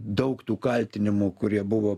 daug tų kaltinimų kurie buvo